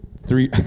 three